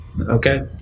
Okay